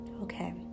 Okay